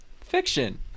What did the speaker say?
Fiction